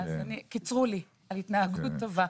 קיצרו לי על התנהגות טובה.